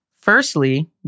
Firstly